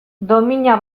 domina